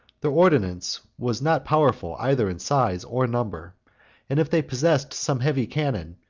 their ordnance was not powerful, either in size or number and if they possessed some heavy cannon,